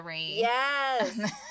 Yes